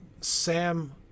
Sam